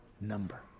number